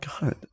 God